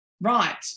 Right